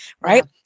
right